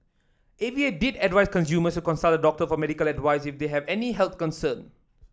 A V A did advice consumers to consult a doctor for medical advice if they have any health concern